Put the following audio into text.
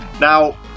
Now